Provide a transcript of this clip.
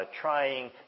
trying